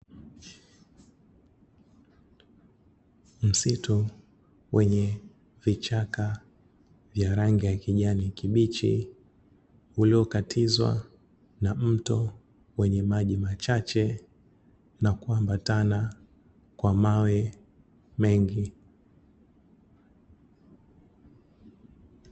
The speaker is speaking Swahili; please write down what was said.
Msitu wenye vichaka vya rangi ya kijani kibichi uliokatiza na mto wenye maji machache, na kuambataa kwa mawe mengi.